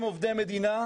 הם עובדי מדינה.